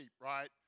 right